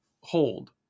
hold